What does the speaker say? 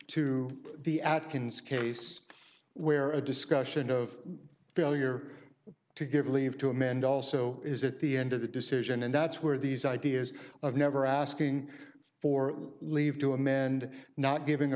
to the atkins case where a discussion of failure to give leave to amend also is at the end of the decision and that's where these ideas of never asking for leave to a man and not giving a